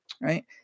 right